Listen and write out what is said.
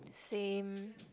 same